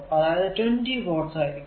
അതായതു 20 വാട്ട് ആയിരിക്കും